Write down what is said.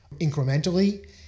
incrementally